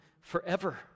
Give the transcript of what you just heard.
forever